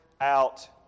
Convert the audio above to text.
out